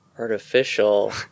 artificial